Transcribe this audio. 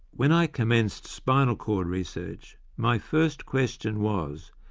when i commenced spinal cord research, my first question was,